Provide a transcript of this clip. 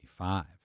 1985